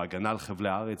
בהגנה על חבלי הארץ,